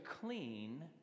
clean